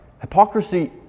Hypocrisy